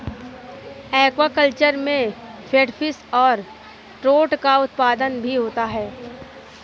aquaculture में catfish और trout का उत्पादन भी होता है